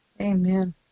Amen